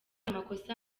amakosa